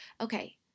Okay